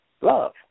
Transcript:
love